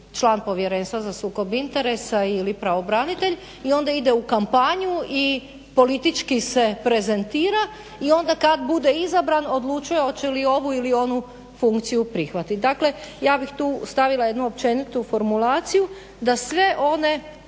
član povjerenstva za sukob interesa ili pravobranitelj, i onda ide u kampanju i politički se prezentira i onda kad bude izabran odlučuje hoće li ovu ili funkciju prihvatiti. Dakle ja bih tu stavila jednu općenitu formulaciju, da sve one